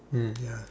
mm ya